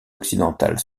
occidentale